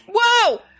Whoa